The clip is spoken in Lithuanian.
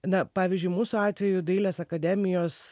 na pavyzdžiui mūsų atveju dailės akademijos